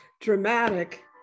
dramatic